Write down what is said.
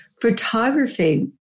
photography